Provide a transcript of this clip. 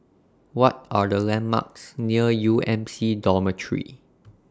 What Are The landmarks near U M C Dormitory